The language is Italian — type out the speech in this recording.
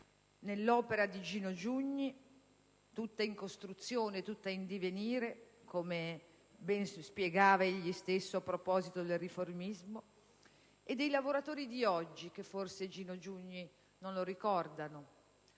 nell'opera di Gino Giugni (tutta in costruzione, in divenire, come ben spiegava egli stesso a proposito del riformismo), quelli di oggi, che forse Gino Giugni non lo ricordano,